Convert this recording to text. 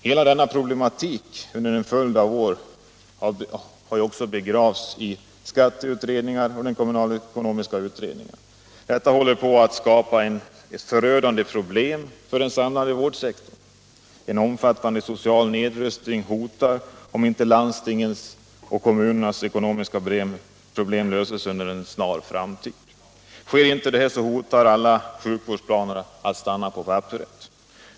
Hela denna problematik har under en följd av år begravts i skatteutredningar och kommunalekonomiska utredningar. Detta håller på att skapa förödande problem för den samlade vårdsektorn. En omfattande social nedrustning hotar, om inte landstingens och kommunernas ekonomiska problem löses inom en snar framtid. Sker inte detta, hotar alla sjukvårdsplaner att stanna på papperet.